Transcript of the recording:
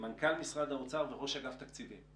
מנכ"ל משרד האוצר וראש אגף תקציבים.